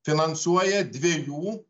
finansuoja dviejų